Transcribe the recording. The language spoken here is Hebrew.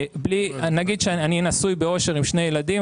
נגיד שאני נשוי באושר עם שני ילדים,